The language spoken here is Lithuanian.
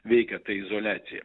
veikia ta izoliacija